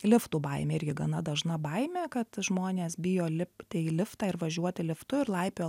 liftų baimė irgi gana dažna baimė kad žmonės bijo lipt į liftą ir važiuoti liftu ir laipioja